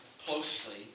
closely